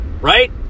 Right